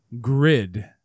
grid